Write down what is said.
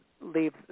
leave